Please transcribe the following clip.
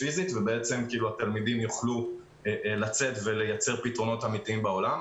פיזית והתלמידים יוכלו לצאת ולייצר פתרונות אמיתיים בעולם.